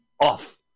off